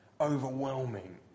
Overwhelming